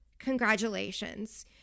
Congratulations